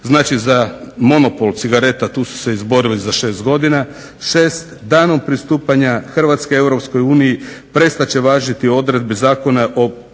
znači za monopol cigareta tu su se izborili za 6 godina. Danom pristupanja Hrvatske Europskoj uniji prestat će važiti odredbe Zakona o